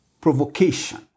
provocation